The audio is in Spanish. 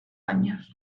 años